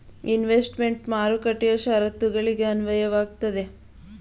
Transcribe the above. investment ಮಾರುಕಟ್ಟೆಯ ಶರತ್ತುಗಳಿಗೆ ಅನ್ವಯವಾಗುತ್ತದೆ